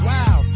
Wow